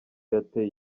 yateye